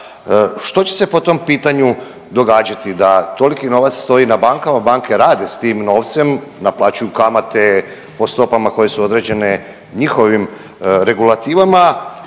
Što će se po tom pitanju događati da toliki novac stoji na bankama? Banke rade s tim novcem, naplaćuju kamate po stopama koje su određene njihovim regulativama,